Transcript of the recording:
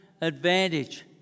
advantage